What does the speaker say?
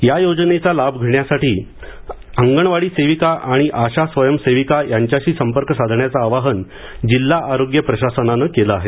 या योजनेचा लाभ घेण्यासाठी अंगणवाडी सेविका किंवा आशा स्वयंसेविका यांच्याशी संपर्क साधण्याचं आवाहन जिल्हा आरोग्य प्रशासनानं केलं आहे